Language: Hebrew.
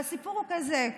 והסיפור הוא כזה: